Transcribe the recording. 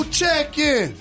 check-in